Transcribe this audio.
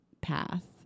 path